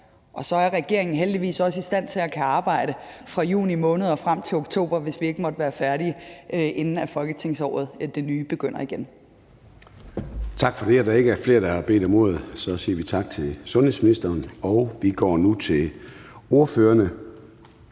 Og så er regeringen heldigvis også i stand til at arbejde fra juni måned og frem til oktober, hvis vi ikke måtte være blevet færdige, inden det nye folketingsår begynder. Kl. 10:15 Formanden (Søren Gade): Tak for det. Da der ikke er flere, der har bedt om ordet for en kort bemærkning, siger vi tak til sundhedsministeren. Vi går nu til ordførerne.